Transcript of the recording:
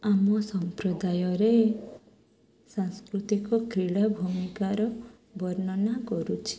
ଆମ ସମ୍ପ୍ରଦାୟରେ ସାଂସ୍କୃତିକ କ୍ରୀଡ଼ା ଭୂମିକାର ବର୍ଣ୍ଣନା କରୁଛି